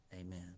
Amen